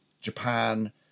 Japan